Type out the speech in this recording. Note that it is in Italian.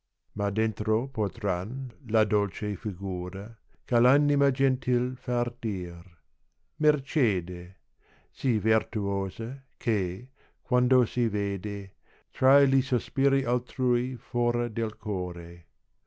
ma dentro porta n la dolce figura ch air anima gentil fa dir mercede si vertuosa che quando si vede fra gli sospiri altrui fora del core